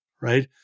right